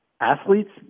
athletes